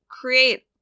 create